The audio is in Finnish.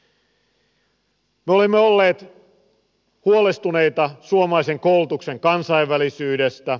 me olemme olleet huolestuneita suomalaisen koulutuksen kansainvälisyydestä